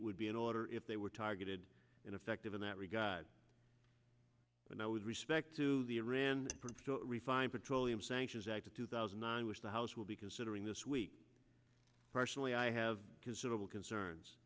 would be in order if they were targeted and effective in that regard but now with respect to the iran refined petroleum sanctions act of two thousand and wish the house will be considering this week partially i have considerable concerns